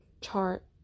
chart